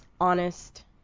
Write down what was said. honest